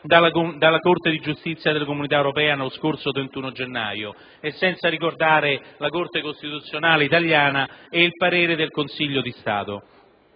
dalla Corte di giustizia delle Comunità europee lo scorso 31 gennaio (senza ricordare la Corte costituzionale italiana e il parere del Consiglio di Stato).